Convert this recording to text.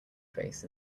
face